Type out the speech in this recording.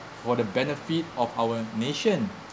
for the benefit of our nation